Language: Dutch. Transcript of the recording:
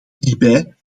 hierbij